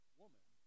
woman